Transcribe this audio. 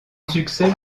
succès